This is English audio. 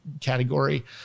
category